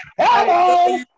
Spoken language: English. hello